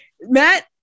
matt